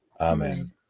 Amen